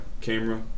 camera